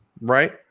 Right